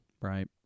Right